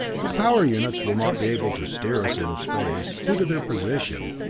the power units will not be able to steer us in space, due to their position,